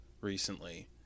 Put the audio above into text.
recently